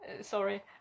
Sorry